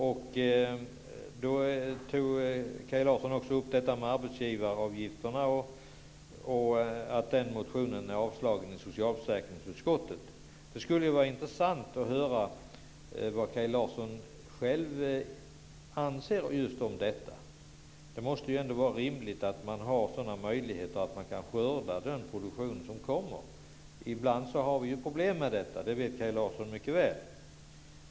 Kaj Larsson tog också upp detta med arbetsgivaravgifterna och att man i socialförsäkringsutskottet yrkat avslag på den motionen. Det skulle vara intressant att höra vad Kaj Larsson själv anser om detta. Det måste väl ändå vara rimligt att man har sådana möjligheter att man kan skörda den produktion som blir. Ibland har vi ju problem med det. Det vet Kaj Larsson mycket väl.